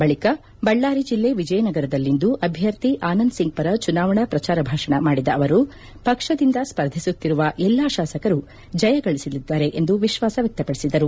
ಬಳಕ ಬಳ್ಳಾರಿ ಜಿಲ್ಲೆ ವಿಜಯನಗರದಲ್ಲಿಂದು ಅಭ್ವರ್ಥಿ ಆನಂದ್ ಸಿಂಗ್ ಪರ ಚುನಾವಣಾ ಪ್ರಚಾರ ಭಾಷಣ ಮಾಡಿದ ಅವರು ಪಕ್ಷದಿಂದ ಸ್ಪರ್ಧಿಸುತ್ತಿರುವ ಎಲ್ಲಾ ಶಾಸಕರು ಜಯಗಳಸಲಿದ್ದಾರೆ ಎಂದು ವಿಶ್ವಾಸ ವ್ಯಕ್ತಪಡಿಸಿದರು